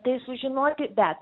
tai sužinoti bet